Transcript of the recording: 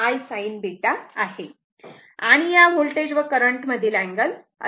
आणि या व्होल्टेज व करंट मधील अँगल α β आहे